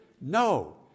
No